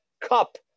cup